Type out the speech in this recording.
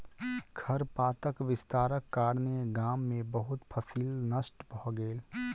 खरपातक विस्तारक कारणेँ गाम में बहुत फसील नष्ट भ गेल